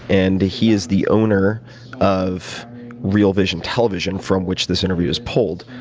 and he is the owner of real vision television, from which this interview is pulled,